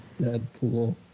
Deadpool